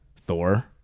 Thor